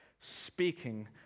speaking